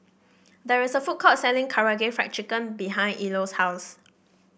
there is a food court selling Karaage Fried Chicken behind Ilo's house